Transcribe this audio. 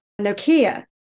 Nokia